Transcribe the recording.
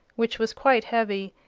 which was quite heavy,